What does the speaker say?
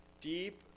deep